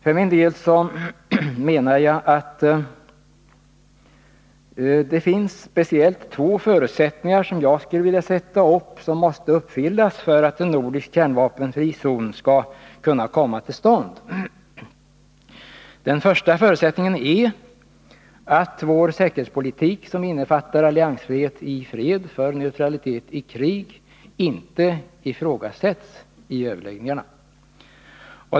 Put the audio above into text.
För min del vill jag betona att speciellt två förutsättningar måste uppfyllas för att en nordisk kärnvapenfri zon skall kunna komma till stånd. Den första förutsättningen är att vår säkerhetspolitik, som syftar till alliansfrihet i fred för neutralitet i krig, inte ifrågasätts i överläggningarna.